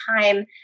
time